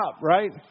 right